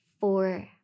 four